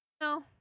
No